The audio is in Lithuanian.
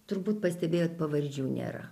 turbūt pastebėjot pavardžių nėra